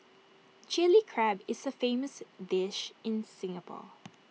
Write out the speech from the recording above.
Chilli Crab is A famous dish in Singapore